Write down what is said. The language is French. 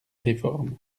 réformes